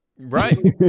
Right